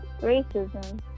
racism